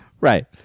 Right